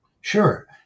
Sure